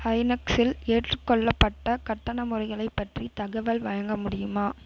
ஐநக்ஸில் ஏற்றுக்கொள்ளப்பட்ட கட்டண முறைகளைப் பற்றி தகவல் வழங்க முடியுமா